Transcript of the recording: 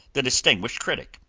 the distinguished critic.